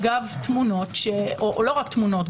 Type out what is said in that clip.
לא רק תמונות,